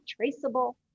traceable